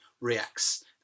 reacts